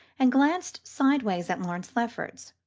and glanced sideways at lawrence lefferts,